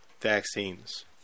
vaccines